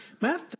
Matt